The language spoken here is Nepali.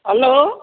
हेलो